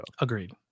Agreed